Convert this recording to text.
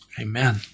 Amen